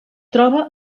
troba